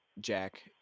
Jack